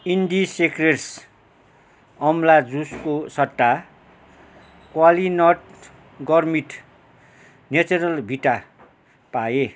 Indisecrets अमला जुसको सट्टा क्वालीनट गरमेट नेचुरल भिटा पाएँ